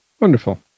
Wonderful